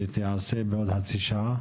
שתיעשה בעוד חצי שעה,